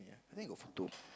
then got photo